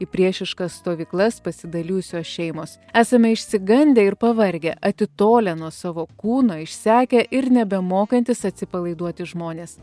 į priešiškas stovyklas pasidalijusios šeimos esame išsigandę ir pavargę atitolę nuo savo kūno išsekę ir nebemokantys atsipalaiduoti žmonės